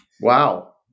Wow